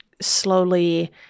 slowly